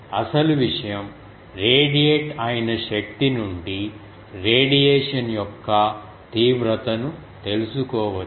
అసలు విషయం రేడియేట్ అయిన శక్తి నుండి రేడియేషన్ యొక్క తీవ్రత ను తెలుసుకోవచ్చు